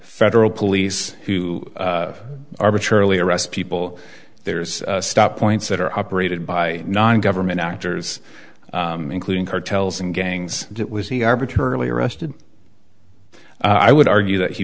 federal police who arbitrarily arrest people there's stop points that are operated by non government actors including cartels and gangs and it was he arbitrarily arrested i would argue that he